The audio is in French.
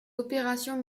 opérations